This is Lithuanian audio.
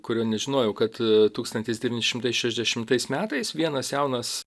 kurio nežinojau kad tūkstantis devyni šimtai šešiasdešimtais metais vienas jaunas